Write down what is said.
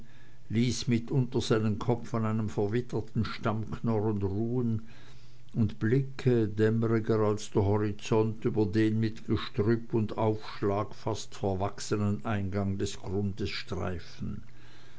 ließ mitunter seinen kopf an einem verwitterten stammknorren ruhen und blicke dämmeriger als der horizont über den mit gestrüpp und aufschlag fast verwachsenen eingang des grundes streifen